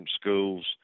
schools